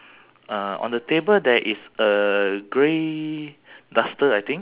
gentleman a guy a a youngster wearing a cap upside down